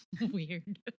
Weird